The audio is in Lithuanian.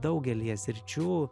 daugelyje sričių